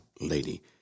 lady